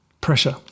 pressure